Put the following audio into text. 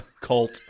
cult